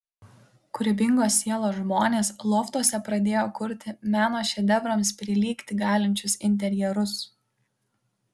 kūrybingos sielos žmonės loftuose pradėjo kurti meno šedevrams prilygti galinčius interjerus